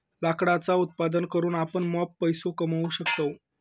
लाकडाचा उत्पादन करून आपण मॉप पैसो कमावू शकतव